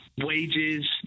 wages